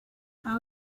how